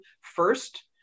first